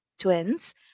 twins